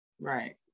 right